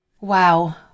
Wow